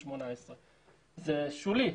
18. זה שולי.